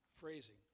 phrasing